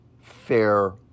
Fair